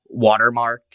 watermarked